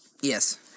Yes